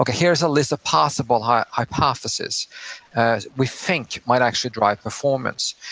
like here's a list of possible hypotheses we think might actually drive performance,